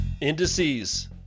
Indices